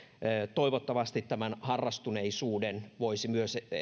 toivottavasti tämän harrastuneisuuden voi myös